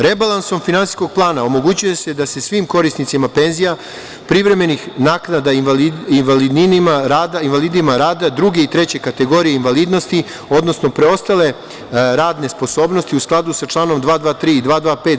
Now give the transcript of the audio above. Rebalansom finansijskog plana omogućuje se da se svim korisnicima penzija, privremenih naknada invalidima rada druge i treće kategorije invalidnosti, odnosno preostale radne sposobnosti u skladu sa članom 223. i 225.